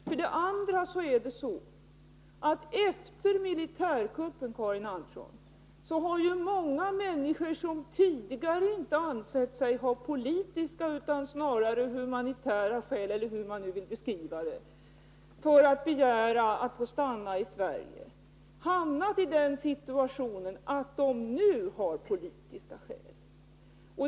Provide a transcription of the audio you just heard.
Vidare är det så, Karin Andersson, att efter militärkuppen har många människor som tidigare inte ansett sig ha politiska utan snarare humanitära skäl — eller hur man vill beskriva det — för att begära att få stanna i Sverige hamnat i den situationen att de nu har politiska skäl.